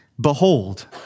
Behold